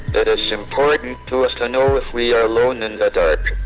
it is important to us to know if we are alone in the dark.